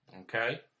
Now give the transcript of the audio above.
Okay